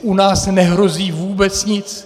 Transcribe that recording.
U nás nehrozí vůbec nic.